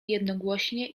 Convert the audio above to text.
jednogłośnie